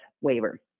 waiver